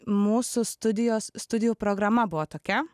mūsų studijos studijų programa buvo tokia